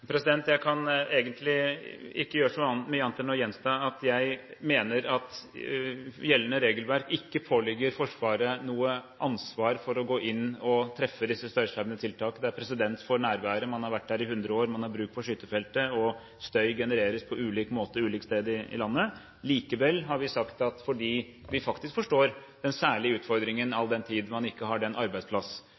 Jeg kan egentlig ikke gjøre så mye annet enn å gjenta at jeg mener at gjeldende regelverk ikke pålegger Forsvaret noe ansvar for å gå inn og treffe disse støyskjermende tiltak. Det er presedens for nærværet. Man har vært der i 100 år, man har bruk for skytefeltet, og støy genereres på ulik måte ulike steder i landet. Likevel har vi sagt at fordi vi faktisk forstår den særlige utfordringen, all den tid man ikke har den